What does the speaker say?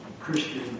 Christian